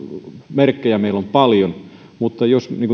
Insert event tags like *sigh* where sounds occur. merkkejä meillä on paljon mutta jos niin *unintelligible*